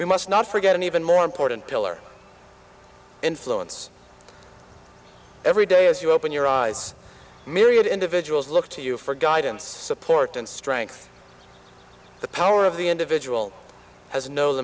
we must not forget an even more important pillar influence every day as you open your eyes myriad individuals look to you for guidance support and strength the power of the individual has no